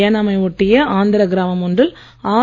ஏனாமை ஒட்டிய ஆந்திர கிராமம் ஒன்றில் ஆர்